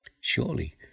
Surely